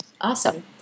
Awesome